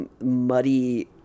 muddy